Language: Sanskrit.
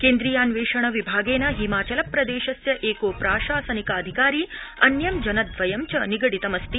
केन्द्रीयान्वेषण विभागेन हिमाचलप्रदेशस्य एको प्रशासनिकाधिकारी अन्यं जनद्वयं च निगडितमस्ति